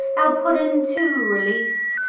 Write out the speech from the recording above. our puddin' to release.